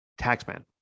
Taxman